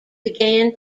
began